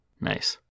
Nice